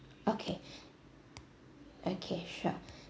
okay okay sure